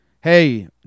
Hey